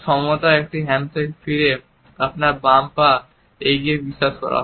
সমতা একটি হ্যান্ডশেক ফিরে আপনার বাম পা এগিয়ে বিশ্বাস করা হয়